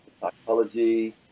psychology